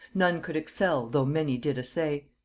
none could excel, though many did essay.